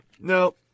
No